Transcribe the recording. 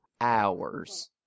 hours